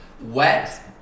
wet